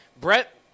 Brett